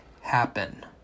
happen